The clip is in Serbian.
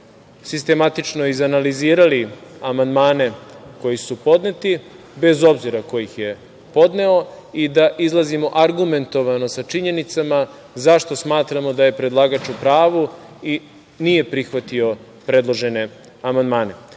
sistematično izanalizirali amandmane koji su podneti, bez obzira ko ih je podneo i da izlazimo argumentovano sa činjenicama zašto smatramo da je predlagač u pravu i nije prihvatio predložene amandmane. Kada